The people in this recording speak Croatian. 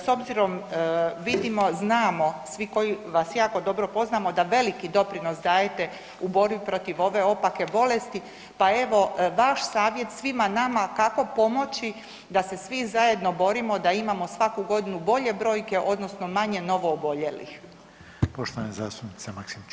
S obzirom, vidimo, znamo svi koji vas jako dobro poznamo da veliki doprinos dajete u borbi protiv ove opake bolesti, pa evo vaš savjet svima nama kako pomoći da se svi zajedno borimo da imamo svaku godinu bolje brojke odnosno manje novooboljelih.